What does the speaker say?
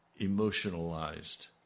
emotionalized